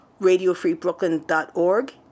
radiofreebrooklyn.org